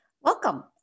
Welcome